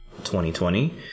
2020